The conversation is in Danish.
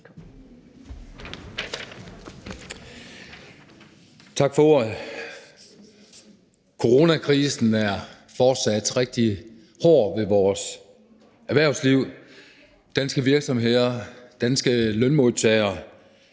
Tak for ordet. Coronakrisen er fortsat rigtig hård ved vores erhvervsliv – danske virksomheder, danske lønmodtagere,